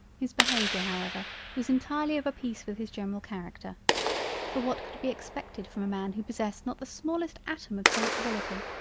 his behaviour however was entirely of a peice with his general character for what could be expected from a man who possessed not the smallest atom of sensibility,